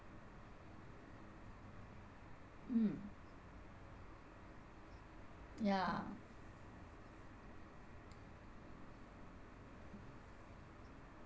mm yeah